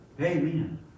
Amen